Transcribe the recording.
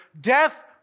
death